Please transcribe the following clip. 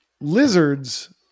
Lizards